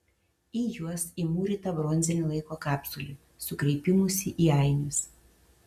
į juos įmūryta bronzinė laiko kapsulė su kreipimusi į ainius